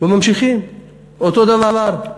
וממשיכים אותו דבר.